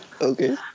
Okay